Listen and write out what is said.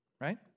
right